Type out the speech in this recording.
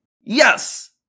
Yes